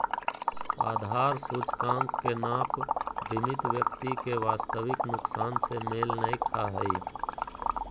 आधार सूचकांक के नाप बीमित व्यक्ति के वास्तविक नुकसान से मेल नय खा हइ